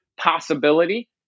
possibility